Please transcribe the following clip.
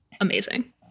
amazing